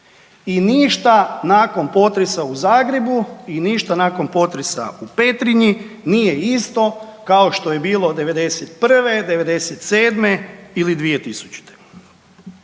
I ništa nakon potresa u Zagrebu i ništa nakon potresa u Petrinji nije isto kao što je bilo 91., 97. ili 2000.